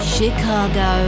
Chicago